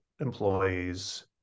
employees